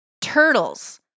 Turtles